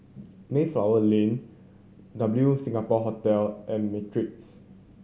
Mayflower Lane W Singapore Hotel and Matrix